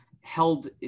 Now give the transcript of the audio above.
held